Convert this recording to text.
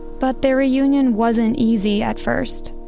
but their reunion wasn't easy at first.